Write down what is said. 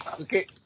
Okay